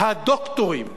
אלה שיודעים,